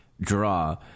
draw